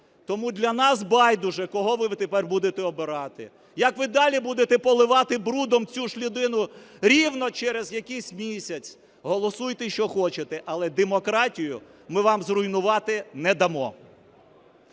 Тому для нас байдуже, кого ви тепер будете обирати, як ви далі будете поливати брудом цю ж людину рівно через якийсь місяць. Голосуйте що хочете, але демократію ми вам зруйнувати не дамо.